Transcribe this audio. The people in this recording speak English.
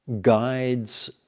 guides